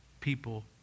people